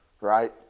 right